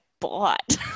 bought